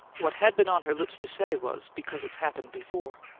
what had been on her lips to say was, because it's happened before!